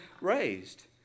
raised